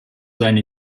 seine